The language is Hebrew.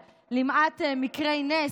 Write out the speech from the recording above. יאללה, בואי נתחיל,